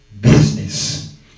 business